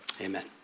Amen